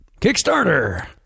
kickstarter